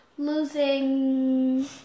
losing